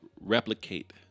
replicate